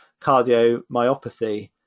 cardiomyopathy